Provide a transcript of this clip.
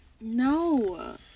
No